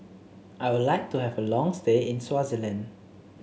I would like to have a long stay in Swaziland